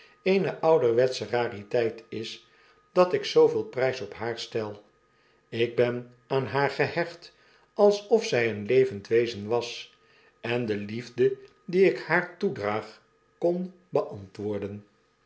eene ouderwetsche rariteit is dat ik zooveelprysop haar stel ik ben aan haar gehecht alsof zfl een levend wezen was en de liefde die ik haar toedraag kon beantwoorden